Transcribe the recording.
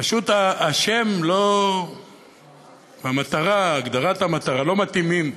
פשוט השם והגדרת המטרה לא מתאימים.